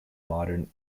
modern